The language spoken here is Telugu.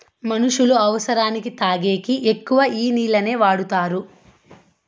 మనుష్యులు అవసరానికి తాగేకి ఎక్కువ ఈ నీళ్లనే వాడుతారు